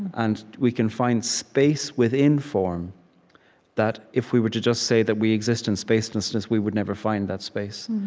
and we can find space within form that, if we were to just say that we exist in space, for instance, we would never find that space.